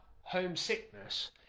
homesickness